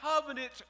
covenant